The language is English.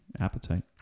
appetite